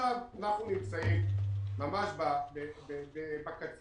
אנחנו נמצאים עכשיו ממש בקצה,